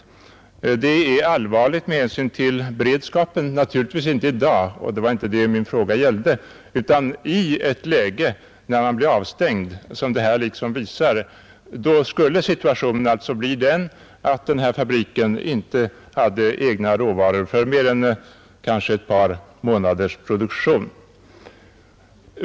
Den uppgift som lämnades är allvarlig med hänsyn till beredskapen — naturligtvis inte i dag, och det var inte heller det min fråga gällde, utan i ett läge där vi är helt avstängda — eftersom situationen då kan bli den att den fabrik det här gäller inte har råvaror för mer än ett par månaders produktion.